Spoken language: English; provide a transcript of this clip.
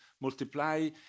multiply